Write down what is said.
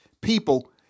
people